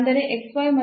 ಅಂದರೆ ಮತ್ತು